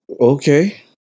Okay